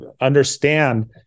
understand